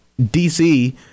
DC